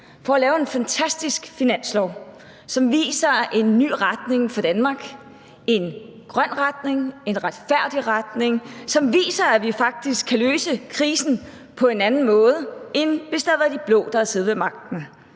om at lave en fantastisk finanslov, som viser en ny retning for Danmark, en grøn retning og en retfærdig retning, som viser, at vi faktisk kan løse krisen på en anden måde, end hvis det havde været de blå, der havde siddet med magten.